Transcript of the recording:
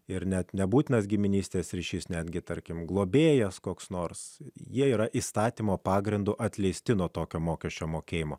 ir net nebūtinas giminystės ryšys netgi tarkim globėjas koks nors jie yra įstatymo pagrindu atleisti nuo tokio mokesčio mokėjimo